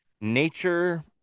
Nature